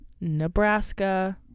Nebraska